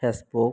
Facebook